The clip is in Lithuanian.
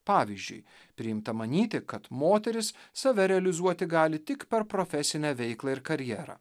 pavyzdžiui priimta manyti kad moterys save realizuoti gali tik per profesinę veiklą ir karjerą